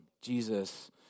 Jesus